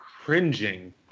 cringing